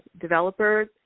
developers